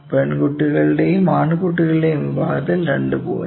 പെൺകുട്ടികളുടെയും ആൺകുട്ടികളുടെയും വിഭാഗത്തിൽ 2 പോയിന്റ്